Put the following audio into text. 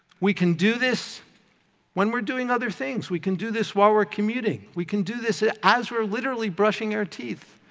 we can do this when we're doing other things. we can do this while we're commuting. we can do this ah as we're literally brushing our teeth.